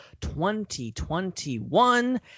2021